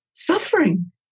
Suffering